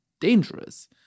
dangerous